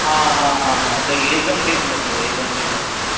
हाँ हाँ हाँ सही है एक दम सही समझ गए एक दम सही समझ गए